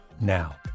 now